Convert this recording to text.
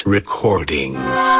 Recordings